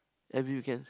every weekends